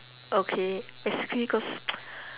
okay basically cause